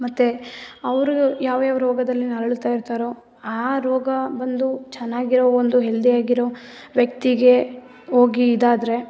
ಮತ್ತೆ ಅವ್ರು ಯಾವ್ಯಾವ ರೋಗದಲ್ಲಿ ನರಳುತ್ತಾ ಇರ್ತಾರೋ ಆ ರೋಗ ಬಂದು ಚೆನ್ನಾಗಿರೊ ಒಂದು ಹೆಲ್ದಿ ಆಗಿರೊ ವ್ಯಕ್ತಿಗೆ ಹೋಗಿ ಇದಾದರೆ